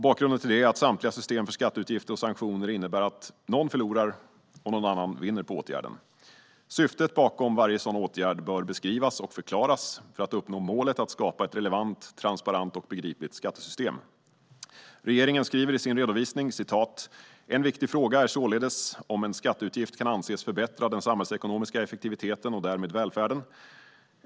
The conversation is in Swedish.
Bakgrunden till det är att samtliga system för skatteutgifter och sanktioner innebär att någon förlorar och någon annan vinner på åtgärden. Syftet bakom varje sådan åtgärd bör beskrivas och förklaras för att vi ska uppnå målet att skapa ett relevant, transparent och begripligt skattesystem. Regeringen skriver i sin redovisning: "En viktig fråga är således om en skatteutgift kan anses förbättra den samhällsekonomiska effektiviteten och därmed välfärden.